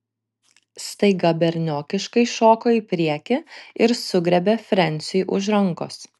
staiga berniokiškai šoko į priekį ir sugriebė frensiui už rankos